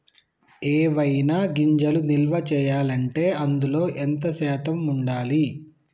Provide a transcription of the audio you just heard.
ఏవైనా గింజలు నిల్వ చేయాలంటే అందులో ఎంత శాతం ఉండాలి?